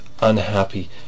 unhappy